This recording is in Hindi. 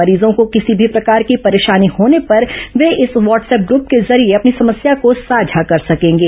मरीजों को किसी भी प्रकार की परेशानी होने पर वे इस व्हाटसअप ग्रूप के जरिये अपनी समस्या को साझा कर सकेंगे